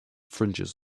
fringes